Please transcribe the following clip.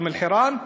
באום-אלחיראן,